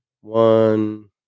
One